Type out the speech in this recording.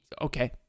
okay